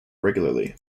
regularly